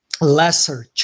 lesser